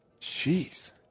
Jeez